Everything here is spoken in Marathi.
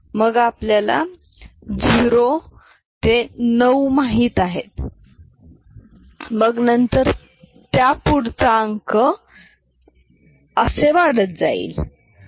मग आपल्याला 0 ते 9 माहीत आहे मग त्यानंतर पुढचा अंक मग त्यापुढचा असे वाढत जाते